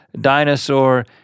dinosaur